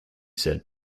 said